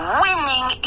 winning